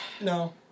No